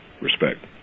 Respect